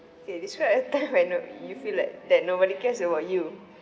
okay describe a time whenever you feel like that nobody cares about you